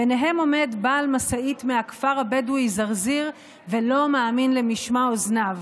ביניהם עומד בעל משאית מהכפר הבדואי זרזיר ולא מאמין למשמע אוזניו: